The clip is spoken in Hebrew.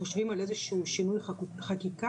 חושבים על איזשהו שינוי חקיקה,